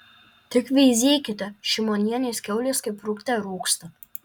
tik veizėkite šimonienės kiaulės kaip rūgte rūgsta